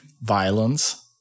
violence